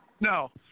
No